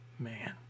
Man